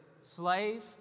slave